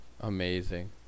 Amazing